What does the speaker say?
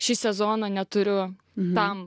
šį sezoną neturiu tam